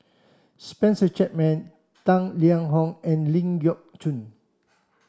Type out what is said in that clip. Spencer Chapman Tang Liang Hong and Ling Geok Choon